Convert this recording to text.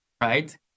right